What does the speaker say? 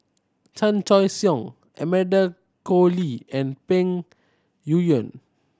Chan Choy Siong Amanda Koe Lee and Peng Yuyun